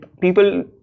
People